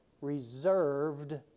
reserved